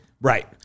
Right